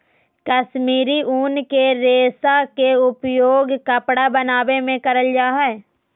कश्मीरी उन के रेशा के उपयोग कपड़ा बनावे मे करल जा हय